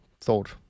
thought